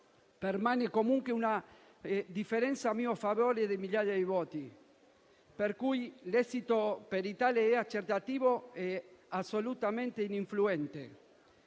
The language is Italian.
permane comunque una differenza a mio favore di migliaia di voti, l'esito peritale e accertativo è assolutamente ininfluente.